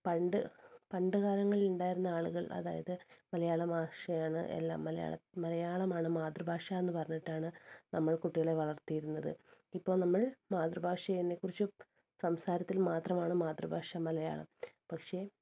പണ്ടുപണ്ടു കാലങ്ങളിൽ ഉണ്ടായിരുന്ന ആളുകൾ അതായത് മലയാള ഭാഷയാണ് എല്ലാം മലയാളമാണു മാതൃഭാഷയെന്നു പറഞ്ഞിട്ടാണ് നമ്മൾ കുട്ടികളെ വളർത്തിയിരുന്നത് ഇപ്പോള് നമ്മൾ മാതൃഭാഷേനെക്കുറിച്ചു സംസാരത്തിൽ മാത്രമാണ് മാതൃഭാഷ മലയാ ളം പക്ഷേ